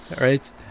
right